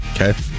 Okay